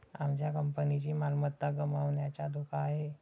आमच्या कंपनीची मालमत्ता गमावण्याचा धोका आहे